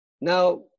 Now